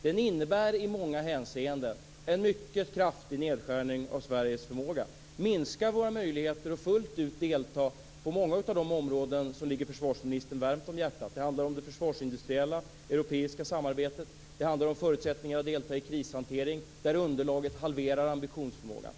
Den innebär i många hänseenden en mycket kraftig nedskärning av Sveriges förmåga och minskar våra möjligheter att fullt ut delta på många av de områden som ligger försvarsministern varmt om hjärtat. Det handlar om det försvarsindustriella europeiska samarbetet. Det handlar om förutsättningarna att delta i krishantering, där underlaget halverar ambitionsförmågan.